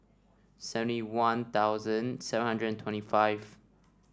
seventy One Thousand seven hundred and twenty five